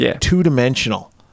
two-dimensional